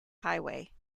highway